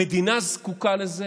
המדינה זקוקה לזה,